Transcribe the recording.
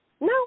No